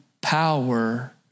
power